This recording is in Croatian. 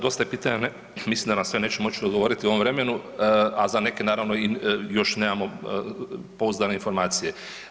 Da, dosta je pitanja mislim da na sve neću moći odgovoriti u ovom vremenu, a za neke naravno još nemamo pouzdane informacije.